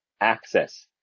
access